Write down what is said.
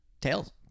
Tails